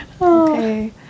Okay